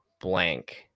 blank